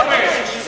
לא רי"ש.